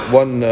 one